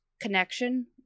Connection